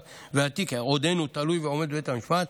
והתיק עודנו תלוי ועומד בבית המשפט.